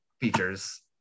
features